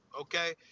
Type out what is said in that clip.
Okay